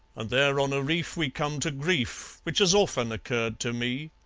and there on a reef we come to grief, which has often occurred to me.